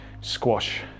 squash